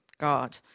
God